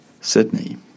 Sydney